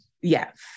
Yes